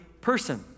person